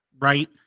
right